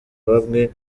bamwe